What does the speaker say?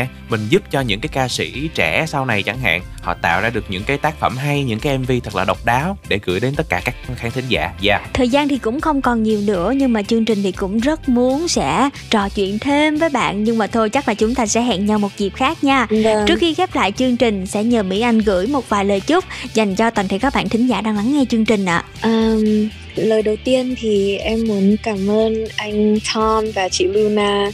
Mình giúp cho những cái ca sĩ trẻ sau này chẳng hạn, họ tạo ra được những cái tác phẩm hay, những cái MV thật là độc đáo để gửi đến tất cả các khán thính giả. Dạ. Thời gian thì cũng không còn nhiều nữa, nhưng mà chương trình thì cũng rất muốn sẽ trò chuyện thêm với bạn, nhưng mà thôi chắc là chúng ta sẽ hẹn nhau một dịp khác nha. Vâng ạ. Trước khi khép lại chương trình, sẽ nhờ Mỹ Anh gửi một vài lời chúc dành cho toàn thể các bạn thính giả đang lắng nghe chương trình ạ. Ờm, lời đầu tiên thì em muốn cảm ơn anh Tom và chị Luna.